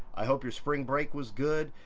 i hope your spring break was good.